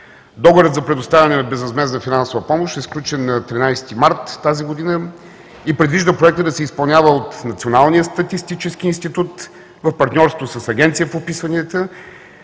Договорът за предоставяне на безвъзмездна финансова помощ е сключен на 13 март тази година и предвижда Проектът да се изпълнява от Националния статистически институт, в партньорство с Агенцията по вписванията.